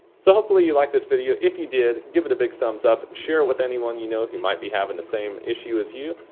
so hopefully you liked this video. if you did give it a big thumbs up. share with anyone you know who might be having the same issue as you.